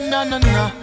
Na-na-na